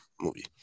movie